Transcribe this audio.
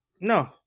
No